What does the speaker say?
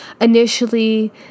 initially